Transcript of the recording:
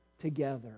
together